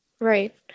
Right